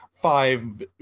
five